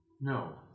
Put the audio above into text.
No